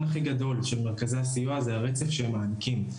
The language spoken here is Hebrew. הכי גדול של מרכזי הסיוע זה הרצף שהם מעניקים.